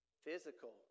Physical